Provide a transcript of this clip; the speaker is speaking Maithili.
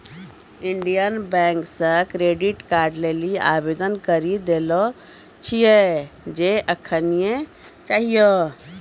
इन्डियन बैंक से क्रेडिट कार्ड लेली आवेदन करी देले छिए जे एखनीये चाहियो